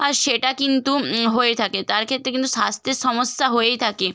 আর সেটা কিন্তু হয়ে থাকে তাঁর ক্ষেত্রে কিন্তু স্বাস্থ্যের সমস্যা হয়েই থাকে